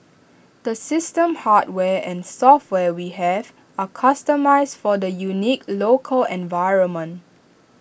the system hardware and software we have are customised for the unique local environment